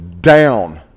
down